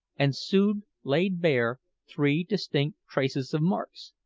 and soon laid bare three distinct traces of marks,